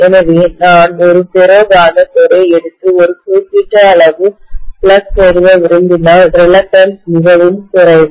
எனவே நான் ஒரு ஃபெரோ காந்த கோரை எடுத்து ஒரு குறிப்பிட்ட அளவு ஃப்ளக்ஸ் நிறுவ விரும்பினால் ரிலக்டன்ஸ்மிகவும் குறைவு